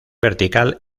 vertical